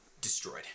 destroyed